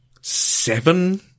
seven